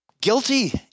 guilty